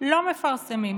לא מפרסמים.